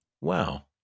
Wow